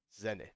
Zenith